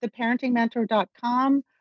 theparentingmentor.com